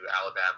Alabama